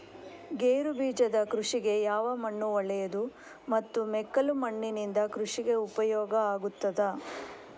ಗೇರುಬೀಜದ ಕೃಷಿಗೆ ಯಾವ ಮಣ್ಣು ಒಳ್ಳೆಯದು ಮತ್ತು ಮೆಕ್ಕಲು ಮಣ್ಣಿನಿಂದ ಕೃಷಿಗೆ ಉಪಯೋಗ ಆಗುತ್ತದಾ?